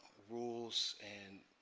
rules and